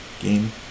game